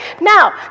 now